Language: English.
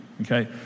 okay